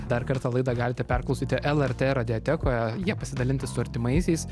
dar kartą laidą galite perklausyti lrt radiotekoje ja pasidalinti su artimaisiais